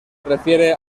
refiere